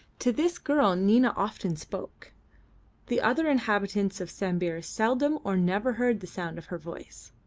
to this girl nina often spoke the other inhabitants of sambir seldom or never heard the sound of her voice.